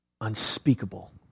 unspeakable